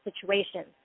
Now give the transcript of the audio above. situations